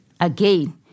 again